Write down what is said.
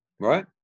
Right